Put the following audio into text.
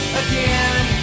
again